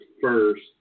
first